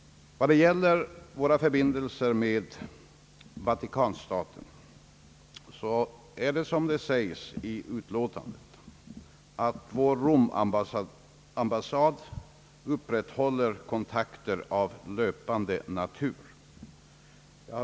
När det gäller våra förbindelser med Vatikanstaten upprätthåller vår romambassad, såsom framhålles i utlåtandet, kontakter av löpande natur.